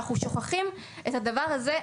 אנחנו שוכחים את הדבר הזה,